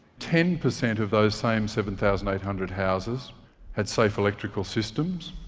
ten percent of those same seven thousand eight hundred houses had safe electrical systems.